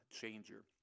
changer